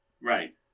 Right